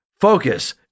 focus